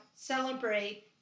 celebrate